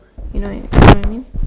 you know you know what I mean